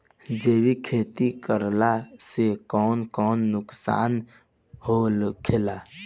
जैविक खेती करला से कौन कौन नुकसान होखेला?